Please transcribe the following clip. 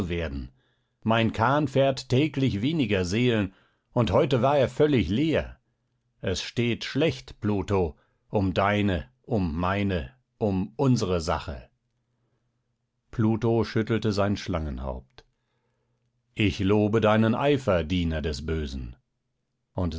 werden mein kahn fährt täglich weniger seelen und heute war er völlig leer es steht schlecht pluto um deine um meine um unsere sache pluto schüttelte sein schlangenhaupt ich lobe deinen eifer diener des bösen und